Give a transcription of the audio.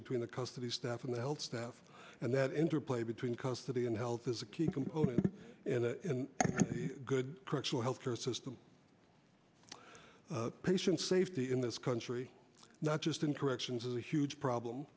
between the cost of the staff and the health staff and that interplay between custody and health is a key component in a good correctional health care system patient safety in this country not just in corrections is a huge problem